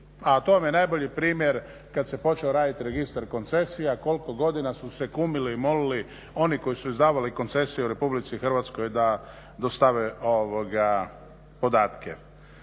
a to vam je najbolji primjer kad se počeo raditi registar koncesija koliko godina su se kumili i molili oni koji su izdavali koncesiju u RH da dostave ovoga podatke.